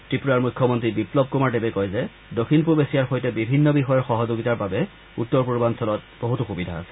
ত্ৰিপুৰাৰ মুখ্যমন্ত্ৰী বিপ্নৱ কুমাৰ দেৱে কয় যে দক্ষিণ পূব এছিয়াৰ সৈতে বিভিন্ন বিষয়ৰ সহযোগিতাৰ বাবে উত্তৰ পূৰ্বাঞ্চলত বহুতো সুবিধা আছে